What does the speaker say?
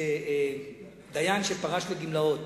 דיין שפרש לגמלאות,